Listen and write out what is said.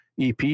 EP